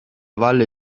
valle